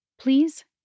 Please